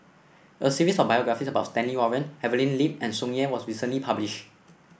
a series of biographies about Stanley Warren Evelyn Lip and Tsung Yeh was recently publish